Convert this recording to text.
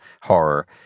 horror